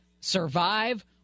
survive